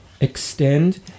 extend